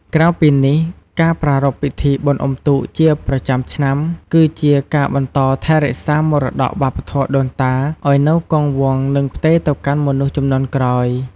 ក្រៅពីនេះការប្រារព្ធពិធីបុណ្យអុំទូកជាប្រចាំឆ្នាំ គឺជាការបន្តថែរក្សាមរតកវប្បធម៌ដូនតាឱ្យនៅគង់វង្ស និងផ្ទេរទៅកាន់មនុស្សជំនាន់ក្រោយ។